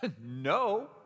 No